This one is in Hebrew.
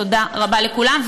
תודה רבה לכולם.